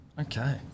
Okay